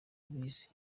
ubizi